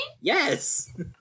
Yes